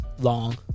Long